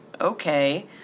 okay